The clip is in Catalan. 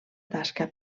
tasca